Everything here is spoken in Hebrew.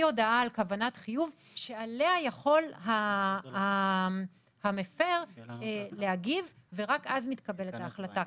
הודעה על כוונת חיוב שעליה יכול המפר להגיב ורק אז מתקבלת ההחלטה.